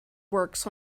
works